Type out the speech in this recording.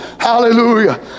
Hallelujah